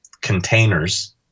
containers